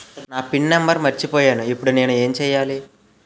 నా PIN number మర్చిపోయాను ఇప్పుడు నేను ఎంచేయాలి?